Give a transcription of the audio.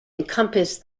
encompassed